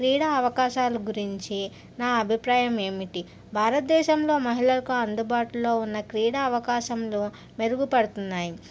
క్రీడా అవకాశాలు గురించి నా అభిప్రాయం ఏమిటి భారతదేశంలో మహిళకు అందుబాటులో ఉన్న క్రీడా అవకాశాలు మెరుగుపడతున్నాయి